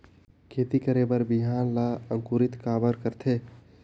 खेती करे बर बिहान ला अंकुरित काबर करथे?